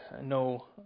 no